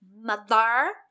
Mother